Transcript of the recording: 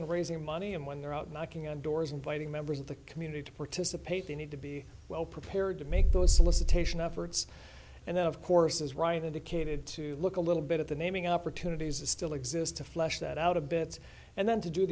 in raising money and when they're out knocking on doors inviting members of the community to participate they need to be well prepared to make those solicitation efforts and of course as ryan indicated to look a little bit at the naming opportunities that still exist to flesh that out a bit and then to do